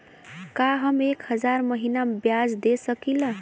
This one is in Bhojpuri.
का हम एक हज़ार महीना ब्याज दे सकील?